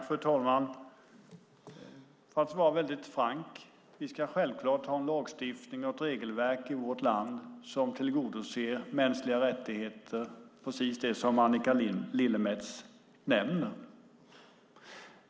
Fru talman! För att vara väldigt frank: Vi ska självklart ha en lagstiftning och ett regelverk i vårt land som tillgodoser mänskliga rättigheter, precis det som Annika Lillemets nämner.